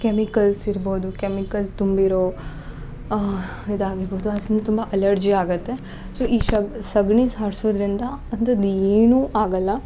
chemicals ಇರ್ಬೌದು chemical ತುಂಬಿರೋ ಇದಾಗಿರ್ಬೌದು ಅದರಿಂದ ತುಂಬ ಅಲರ್ಜಿ ಆಗತ್ತೆ ಸೊ ಈ ಶವ್ ಸಗಣಿ ಸಾರ್ಸೋದ್ರಿಂದ ಅಂತಂದು ಏನು ಆಗಲ್ಲ